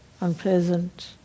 unpleasant